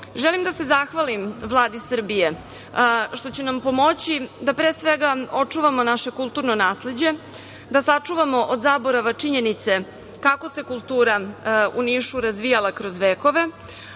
da se zahvalim Vladi Srbije što će nam pomoći da pre svega očuvamo naše kulturno nasleđe, da sačuvamo od zaborava činjenice kako se kultura u Nišu razvijala kroz vekove,